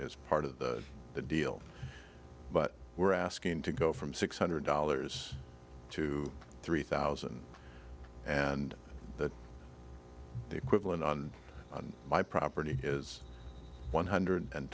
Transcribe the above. is part of the deal but we're asking to go from six hundred dollars to three thousand and the equivalent on on my property is one hundred and